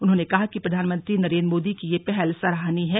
उन्होंने कहा कि प्रधानमंत्री नरेंद्र मोदी की यह पहल सराहनीय है